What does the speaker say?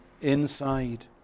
inside